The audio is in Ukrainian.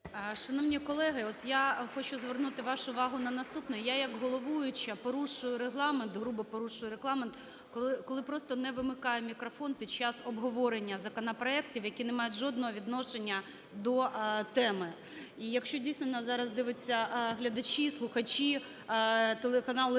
Шановні колеги, от я хочу звернути вашу увагу на наступне. Я як головуюча порушую Регламент, грубо порушую Регламент, коли просто не вимикаю мікрофон під час обговорення законопроектів, які не мають жодного відношення до теми. І якщо дійсно нас зараз дивляться глядачі, слухачі, телеканал "Рада",